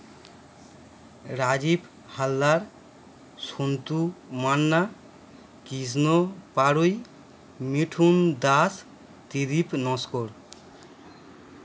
Rajib Haldar Santu Manna Krishna Parui Mithun Das Tridib Naskar